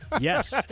Yes